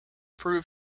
prove